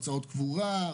הוצאות קבורה,